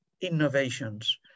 innovations